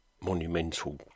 monumental